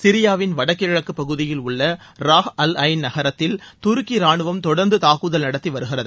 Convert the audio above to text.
சிரியாவில் வடகிழக்கு பகுதியில் உள்ள ராஹ்அல்அன் நகரத்தில் துருக்கி ரானுவம் தொடர்ந்து தாக்குதல் நடத்தி வருகிறது